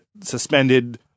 suspended